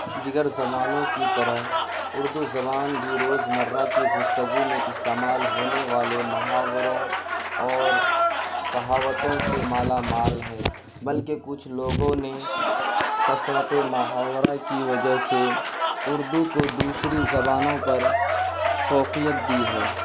دیگر زبانوں کی طرح اردو زبان بھی روزمرہ کی گفتگو میں استعمال ہونے والے محاوروں اور کہاوتوں سے مالامال ہے بلکہ کچھ لوگوں نے کثرت محاورہ کی وجہ سے اردو کو دوسری زبانوں پر فوقیت دی ہے